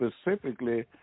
specifically